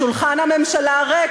שולחן הממשלה ריק.